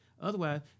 Otherwise